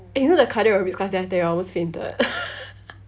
eh know the cardio aerobics class that I tell y'all I almost fainted